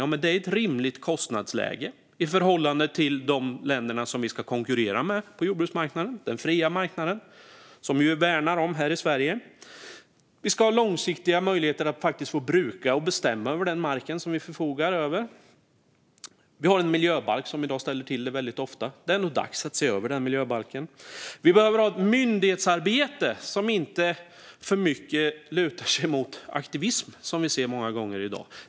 Ja, det är ett rimligt kostnadsläge i förhållande till de länder vi ska konkurrera med på jordbruksmarknaden, den fria marknaden, som vi ju värnar om här i Sverige. Vi ska ha långsiktiga möjligheter att faktiskt få bruka och bestämma över den mark vi förfogar över. Vi har en miljöbalk som i dag väldigt ofta ställer till det. Det är nog dags att se över den. Vi behöver ha ett myndighetsarbete som inte för mycket lutar sig mot aktivism, som vi ser många gånger i dag.